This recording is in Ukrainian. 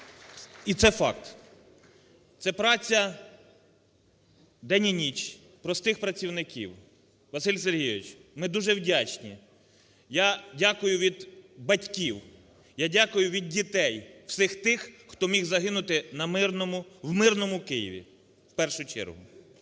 і це факт. Це праця день і ніч простих працівників. Василь Сергійович, ми дуже вдячні. Я дякую від батьків, я дякую від дітей, всіх тих, хто міг загинути на мирному… в мирному Києві, в першу чергу.